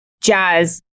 jazz